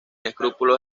escrúpulos